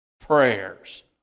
prayers